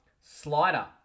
slider